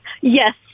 Yes